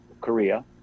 Korea